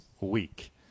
week